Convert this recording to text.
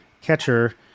catcher